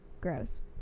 Gross